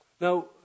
Now